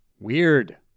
weird